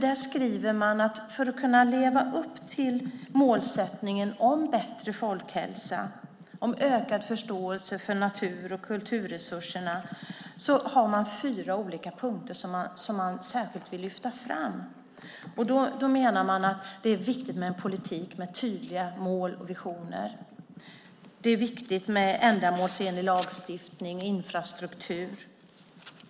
Där skriver man att för att kunna leva upp till målsättningen om en bättre folkhälsa och en ökad förståelse för natur och kulturresurser har man fyra olika punkter som man särskilt vill lyfta fram. Man menar att det är viktigt med en politik med tydliga mål och visioner. Det är viktigt med en ändamålsenlig lagstiftning och infrastruktur.